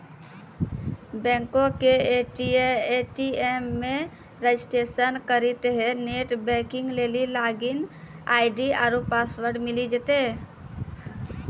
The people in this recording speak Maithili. बैंको के ए.टी.एम मे रजिस्ट्रेशन करितेंह नेट बैंकिग लेली लागिन आई.डी आरु पासवर्ड मिली जैतै